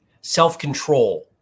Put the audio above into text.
Self-control